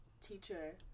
teacher